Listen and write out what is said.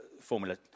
Formula